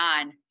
on